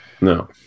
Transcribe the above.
No